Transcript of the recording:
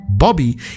Bobby